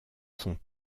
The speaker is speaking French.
sont